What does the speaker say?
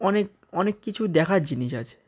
অনেক অনেক কিছু দেখার জিনিস আছে